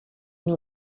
nous